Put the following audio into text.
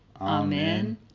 Amen